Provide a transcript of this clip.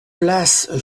place